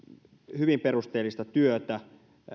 hyvin perusteellista työtä